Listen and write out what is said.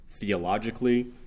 theologically